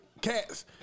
cats